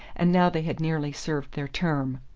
and now they had nearly served their term.